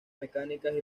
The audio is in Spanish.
mecánicas